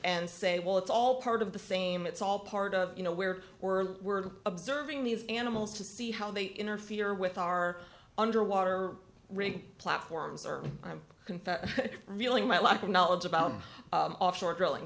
and say well it's all part of the same it's all part of you know where we're observing these animals to see how they interfere with our underwater rig platforms or confess really my lack of knowledge about offshore drilling